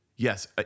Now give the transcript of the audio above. Yes